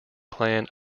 plan